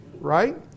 Right